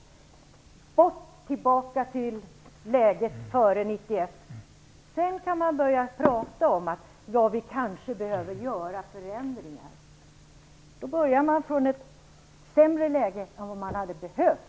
Vad det handlar om är tydligen att komma bort från nuvarande läge och tillbaka till läget före 1991. Sedan kan man börja prata om var vi kanske behöver göra förändringar. Men då börjar man från ett sämre läge än man hade behövt.